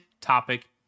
topic